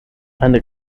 eine